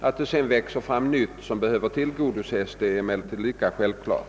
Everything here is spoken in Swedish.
Att det ständigt växer fram nytt som behöver tillgodoses är självklart.